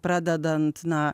pradedant na